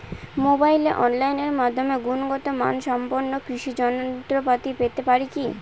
মোবাইলে অনলাইনের মাধ্যমে গুণগত মানসম্পন্ন কৃষি যন্ত্রপাতি পেতে পারি কি?